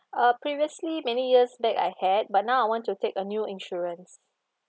uh previously many years back I had but now I want to take a new insurance